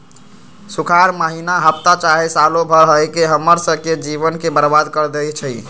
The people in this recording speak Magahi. सुखार माहिन्ना हफ्ता चाहे सालों भर रहके हम्मर स के जीवन के बर्बाद कर देई छई